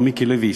מר מיקי לוי,